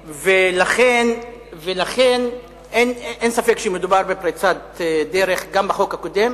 לכן, אין ספק שמדובר בפריצת דרך, גם בחוק הקודם,